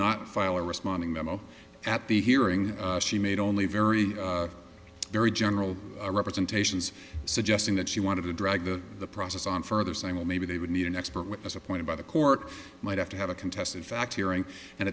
not file a responding memo at the hearing she made only very very general representations suggesting that she wanted to drag the process on further saying well maybe they would need an expert witness appointed by the court might have to have a contest in fact hearing and